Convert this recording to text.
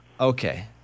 Okay